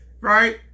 Right